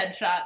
headshot